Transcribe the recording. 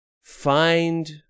find